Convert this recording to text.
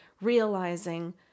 realizing